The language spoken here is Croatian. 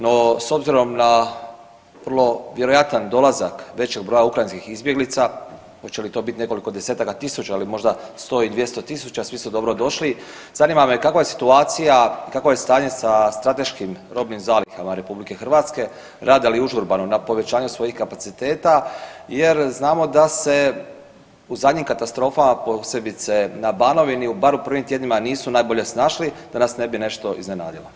No, s obzirom na vrlo vjerojatan dolazak većeg broja ukrajinskih izbjeglica, hoće li to biti nekoliko desetaka tisuća ili možda 100 i 200 tisuća svi su dobrodošli, zanima me kakva je situacija, kakvo je stanje sa strateškim robnim zalihama RH, rade li užurbano na povećanju svojih kapaciteta jer znamo da se u zadnjim katastrofama posebice na Banovina bar u prvim tjednima nisu najbolje snašli da nas ne bi nešto iznenadilo.